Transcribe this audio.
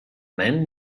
men